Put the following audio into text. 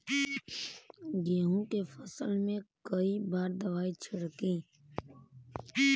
गेहूँ के फसल मे कई बार दवाई छिड़की?